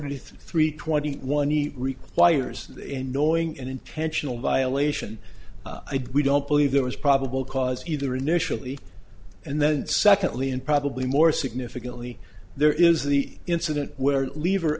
forty three twenty one he requires in knowing and intentional violation we don't believe there was probable cause either initially and then secondly and probably more significantly there is the incident where leve